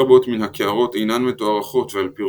רבות מן הקערות אינן מתוארכות ועל פי